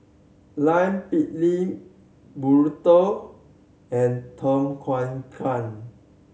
Lime Pickle Burrito and Tom Kha Gai